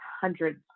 hundreds